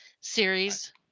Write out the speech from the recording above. series